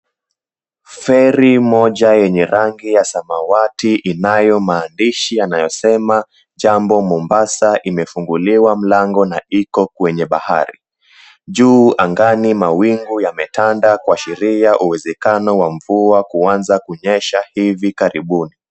Feri moja yenye rangi ya samawati inayo maandishi anayasema, Jambo Mombasa na imefunguliwa mlango na iko kwenye bahari. Juu angani mawingu yametanda kuashiria uwezekano wa mvua kuanza kunyesha, hivi karibuni.